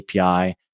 API